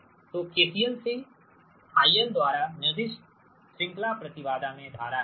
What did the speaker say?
तो KCL से IL द्वारा निर्दिष्ट श्रृंखला प्रति बाधा में धारा है